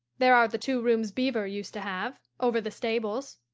there are the two rooms beaver used to have, over the stables.